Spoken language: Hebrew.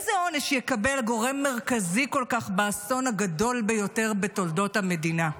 איזה עונש יקבל גורם מרכזי כל כך באסון הגדול ביותר בתולדות המדינה?